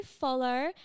follow